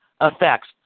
effects